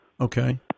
Okay